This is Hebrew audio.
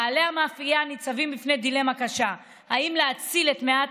בעלי המאפייה ניצבים בפני דילמה קשה: האם להציל מעט